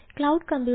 hello